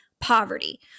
poverty